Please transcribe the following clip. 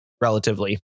relatively